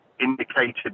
indicated